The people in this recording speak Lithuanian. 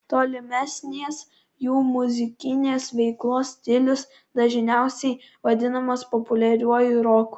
tolimesnės jų muzikinės veiklos stilius dažniausiai vadinamas populiariuoju roku